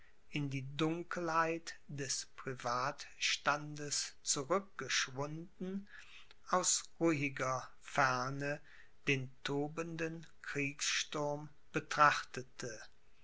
in die dunkelheit des privatstandes zurückgeschwunden aus ruhiger ferne den tobenden kriegssturm betrachtete